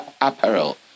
apparel